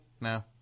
No